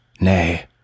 nay